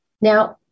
Now